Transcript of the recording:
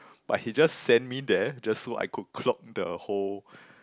but he just send me there just so I could clock the whole